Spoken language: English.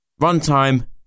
Runtime